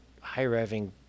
high-revving